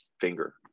finger